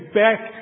back